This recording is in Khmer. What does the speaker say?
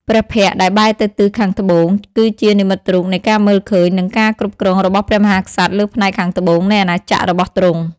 ព្រះភ័ក្ត្រដែលបែរទៅទិសខាងត្បូង គឺជានិមិត្តរូបនៃការមើលឃើញនិងការគ្រប់គ្រងរបស់ព្រះមហាក្សត្រលើផ្នែកខាងត្បូងនៃអាណាចក្ររបស់ទ្រង់។